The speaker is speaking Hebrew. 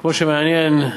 כמו שמעניין.